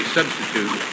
substitute